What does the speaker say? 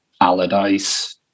Allardyce